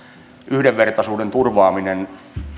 yhdenvertaisuuden turvaaminen